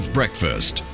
Breakfast